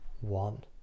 one